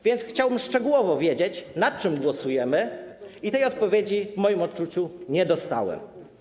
Więc chciałbym szczegółowo wiedzieć, nad czym głosujemy, i tej odpowiedzi, w moim odczuciu, nie dostałem.